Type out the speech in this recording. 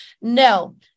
No